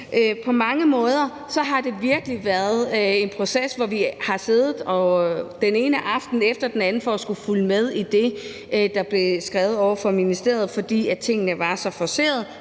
På mange måder har det virkelig været en proces, hvor vi har siddet den ene aften efter den anden for at skulle følge med i det, der blev skrevet ovre i ministeriet, fordi tingene var så forcerede,